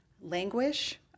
Languish